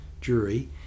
jury